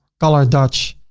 color dodge